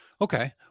okay